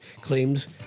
claims